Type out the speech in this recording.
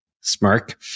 smirk